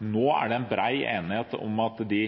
enighet om at vi